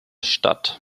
stadt